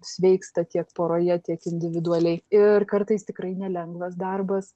sveiksta tiek poroje tiek individualiai ir kartais tikrai nelengvas darbas